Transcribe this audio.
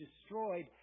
destroyed